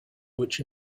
which